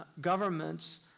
governments